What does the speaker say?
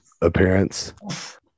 appearance